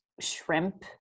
shrimp